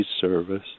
service